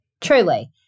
truly